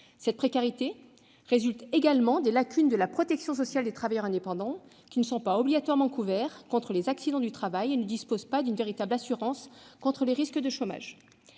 Cette précarité résulte également des lacunes de la protection sociale des travailleurs indépendants, qui ne sont pas obligatoirement couverts en cas d'accident du travail et ne disposent pas d'une véritable assurance contre le risque de chômage.